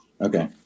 Okay